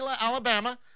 Alabama